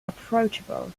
approachable